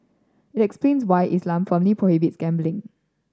it explains why Islam firmly prohibits gambling